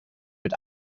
mit